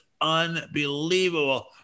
unbelievable